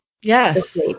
Yes